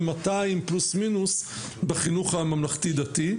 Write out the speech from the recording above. ו- 200 פלוס מינוס בחינוך הממלכתי-דתי.